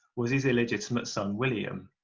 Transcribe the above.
was his illegitimate son william,